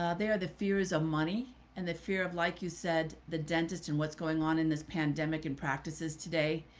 ah they are the fears of money and the fear of, like you said, the dentist and what's going on in this pandemic and practices today,